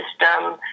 system